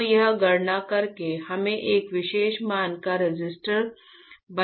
तो यहाँ गणना करके हम एक विशेष मान का रेसिस्टर बना सकते हैं